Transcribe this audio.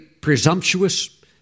presumptuous